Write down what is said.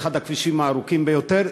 אחד הכבישים הארוכים ביותר,